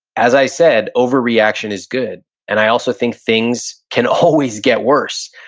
as i said, overreaction is good and i also think things can always get worse.